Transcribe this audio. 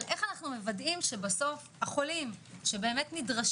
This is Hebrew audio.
אבל איך אנחנו מוודאים שהחולים שנדרשים